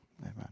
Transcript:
Amen